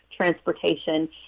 transportation